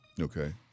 Okay